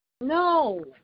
No